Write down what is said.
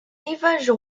rivages